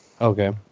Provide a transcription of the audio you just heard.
Okay